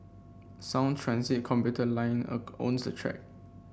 Sound Transit commuter line own the track